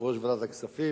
יושב-ראש ועדת הכספים,